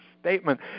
statement